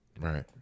Right